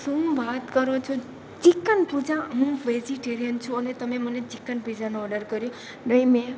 શું વાત કરો છો ચિકન પુઝા હું વેજિટેરિયન છું અને તમે મને ચિકન પીઝાનો ઓડર કર્યો બેન